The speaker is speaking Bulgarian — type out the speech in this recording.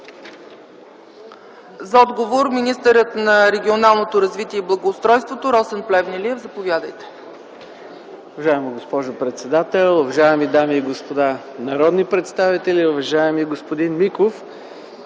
За отговор - министърът на регионалното развитие и благоустройството Росен Плевнелиев. Заповядайте.